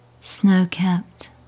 snow-capped